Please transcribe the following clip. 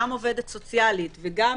גם עובדת סוציאלית וגם